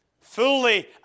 fully